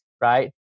right